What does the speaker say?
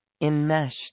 enmeshed